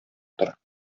тор